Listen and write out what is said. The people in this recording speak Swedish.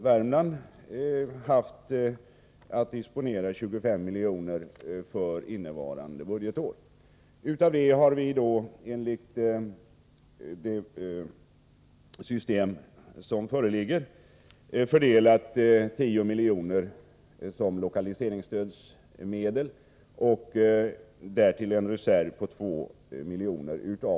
Värmland har fått 25 miljoner att disponera för innevarande budgetår: Av dessa 25 miljoner har vi; - enligt det system som föreligger, fördelat 10 miljoner som lokaliseringsstödsmedel och därtill en reserv på 2 miljoner.